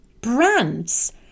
brands